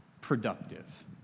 productive